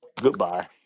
goodbye